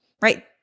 right